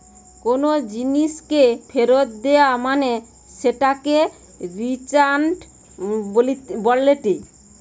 কোনো জিনিসকে ফেরত দেয়া মানে সেটাকে রিটার্ন বলেটে